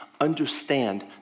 understand